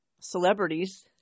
celebrities